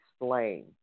explain